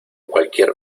cualquier